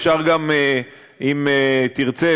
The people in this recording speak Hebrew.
אם תרצה,